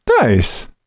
nice